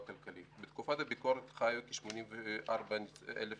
כלכלית בתקופת הביקורת חיו כ-84,000 ניצולים,